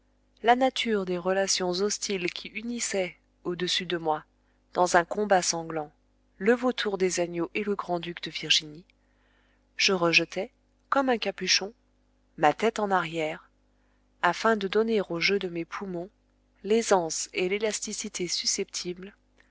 la nature des relations hostiles qui unissaient au-dessus de moi dans un combat sanglant le vautour des agneaux et le grand-duc de virginie je rejetai comme un capuchon ma tête en arrière afin de donner au jeu de mes poumons l'aisance et l'élasticité susceptibles